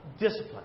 discipline